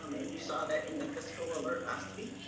um and you saw that in the fiscal alert last week.